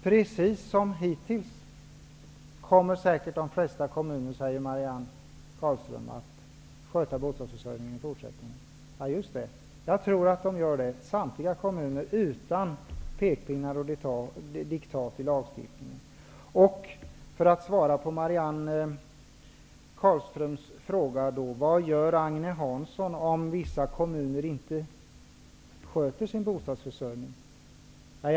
Precis som har skett hittills kommer säkert de flesta kommuner att upprätthålla ett bostadsförsörjningsprogram, säger Marianne Carlström. Ja, just det. Jag tror att samtliga kommuner kommer att göra det utan att det behövs pekpinnar och diktat i lagstiftningen. Marianne Carlström frågade vad jag kommer att göra om vissa kommuner inte kommer att upprätthålla ett bostadsförsörjningsprogram.